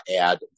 add